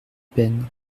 peines